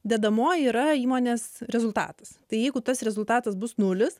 dedamoji yra įmonės rezultatas tai jeigu tas rezultatas bus nulis